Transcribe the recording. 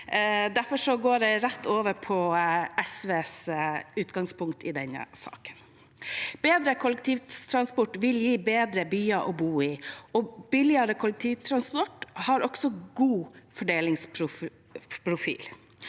Derfor går jeg rett over på SVs utgangspunkt i denne saken. Bedre kollektivtransport vil gi bedre byer å bo i, og billigere kollektivtransport har også god fordelingsprofil.